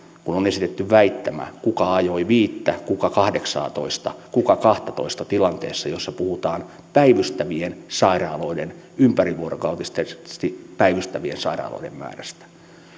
kun on esitetty väittämä kuka ajoi viittä kuka kahdeksaatoista kuka kahtatoista tilanteessa jossa puhutaan päivystävien sairaaloiden ympärivuorokautisesti päivystävien sairaaloiden määrästä